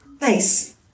Nice